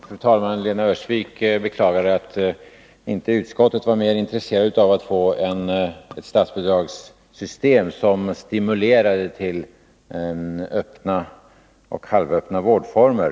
Fru talman! Lena Öhrsvik beklagade att utskottet inte var intresserat av att få ett statsbidragssystem som stimulerade till öppna och halvöppna vårdformer.